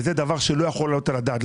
דבר שלא יכול לעלות על הדעת.